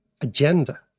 agenda